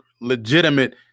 legitimate